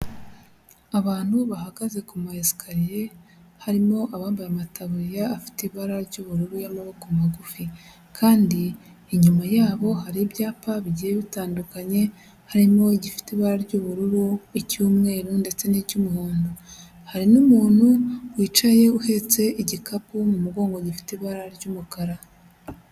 Abantu bahagaze ku mayesikariye, harimo abambaye amataburiya afite ibara ry'ubururu y'amaboko magufi kandi inyuma yabo hari ibyapa bigiye bitandukanye, harimo igifite ibara ry'ubururu, icy'umweru ndetse n'icy'umuhondo. Hari n'umuntu wicaye uhetse igikapu mu mugongo gifite ibara ry'umukara.